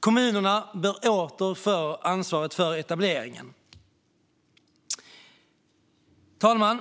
Kommunerna bör återfå ansvaret för etableringen. Herr talman!